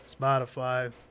spotify